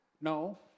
No